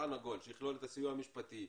שולחן עגול שיכלול את הסיוע המשפטי,